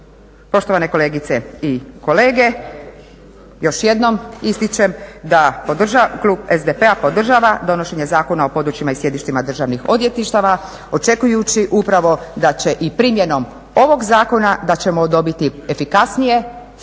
poštovane kolegice i kolege još jednom ističem da klub SDP-a podržava donošenje Zakon o područjima i sjedištima državnih odvjetništava očekujući upravo da će i primjenom ovog zakona da ćemo dobiti efikasnije